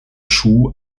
schuh